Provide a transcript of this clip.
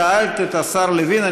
שאלת את השר לוין.